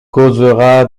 causera